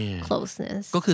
closeness